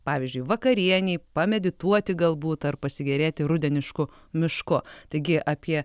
pavyzdžiui vakarienei pamedituoti galbūt ar pasigėrėti rudenišku mišku taigi apie